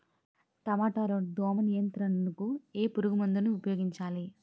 టమాటా లో దోమ నియంత్రణకు ఏ పురుగుమందును ఉపయోగించాలి?